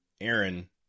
Aaron